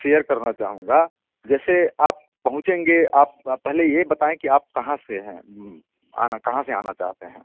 share करना चाहूँगा जैसे आप पहुँचेंगे आप पहले ये बताएँ कि आप कहाँ से हैं आना कहाँ से आना चाहते हैं